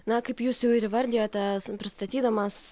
na kaip jūs jau ir įvardijote pristatydamas